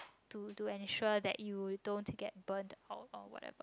to to ensure that you don't to get burn or or whatever